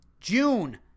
June